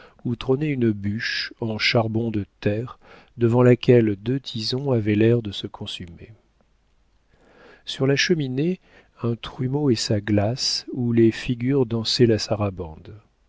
où trônait une bûche en charbon de terre devant laquelle deux tisons avaient l'air de se consumer sur la cheminée un trumeau et sa glace où les figures dansaient la sarabande